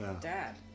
Dad